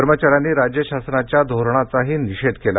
कर्मचाऱ्यांनी राज्य शासनाच्या धोरणाचाही निषेध केला